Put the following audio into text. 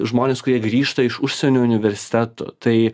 žmonės kurie grįžta iš užsienio universitetų tai